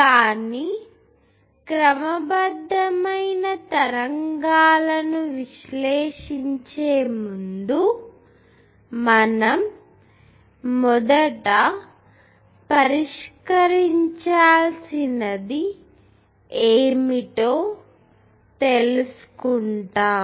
కానీ క్రమబద్ధమైన తరంగాలను విశ్లేషించే ముందు మొదట మనం పరిష్కరించాల్సినది ఏమిటో తెలుసుకుంటాము